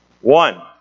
One